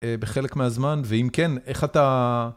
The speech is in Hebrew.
בחלק מהזמן, ואם כן, איך אתה...